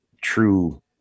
true